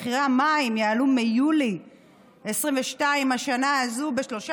מחירי המים יעלו מיולי 2022 בשנה הזו ב-13